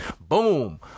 Boom